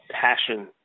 passion